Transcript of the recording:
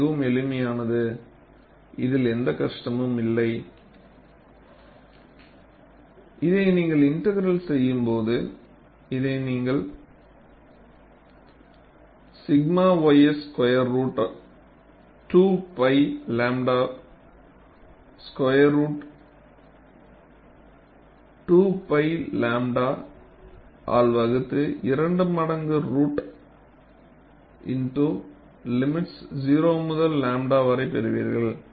இது மிகவும் எளிமையானது இதில் எந்த கஷ்டமும் இல்லை இதை நீங்கள் இன்டெகிரல் செய்யும் போது இதை நீங்கள் 𝛔 ys ஸ்குயர் ரூட் 2 π 𝝺வை ஸ்குயர் ரூட் 2π 𝝺 ஆல் வகுத்து இரண்டு மடங்கு ரூட் x லிமிட்ஸ் 0 முதல் 𝝺 வரை பெறுவீர்கள்